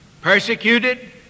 Persecuted